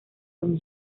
con